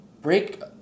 break